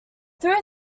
through